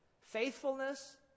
faithfulness